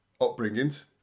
upbringings